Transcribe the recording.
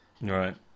Right